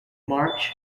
march